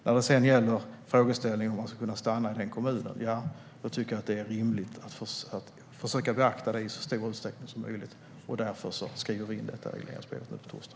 När det gäller frågeställningen om man ska kunna stanna i en kommun tycker jag att det är rimligt att försöka beakta det i så stor utsträckning som möjligt. Därför skriver vi in detta i regleringsbrevet nu på torsdag.